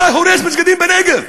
אתה הורס מסגדים בנגב,